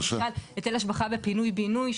היטל השבחה בפינוי בינוי,